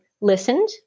listened